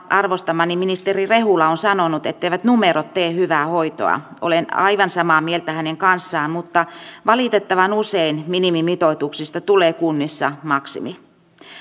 arvostamani ministeri rehula on sanonut etteivät numerot tee hyvää hoitoa olen aivan samaa mieltä hänen kanssaan mutta valitettavan usein minimimitoituksista tulee kunnissa maksimi